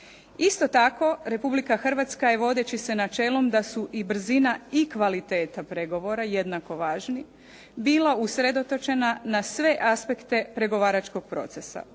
Isto tako, Republika Hrvatska je vodeći se načelom da su i brzina i kvaliteta pregovora jednako važni, bila usredotočena na sve aspekte pregovaračkog procesa,